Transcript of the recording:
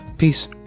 Peace